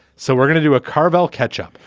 so we're going to do a carville catch up.